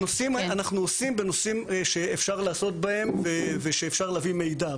אנחנו עושים בנושאים שאפשר לעשות בהם ושאפשר להביא מידע.